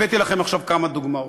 הבאתי לכם עכשיו כמה דוגמאות.